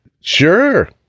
Sure